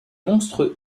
monstres